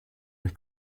mit